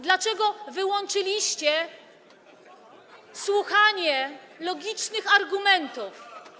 Dlaczego wyłączyliście słuchanie logicznych argumentów?